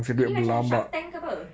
ini macam shark tank ke apa